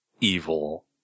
evil